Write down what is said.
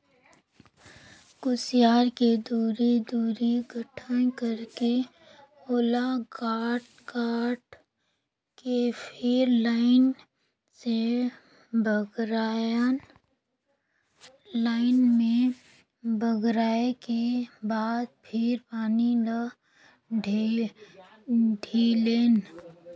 खुसियार के दूरी, दूरी गठन करके ओला काट काट के फिर लाइन से बगरायन लाइन में बगराय के बाद फिर पानी ल ढिलेन